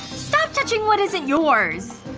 stop touching what isn't yours!